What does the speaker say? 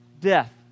death